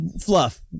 Fluff